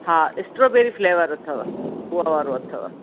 हा strawberry flavour अथव हूअ वारो अथव